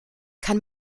kann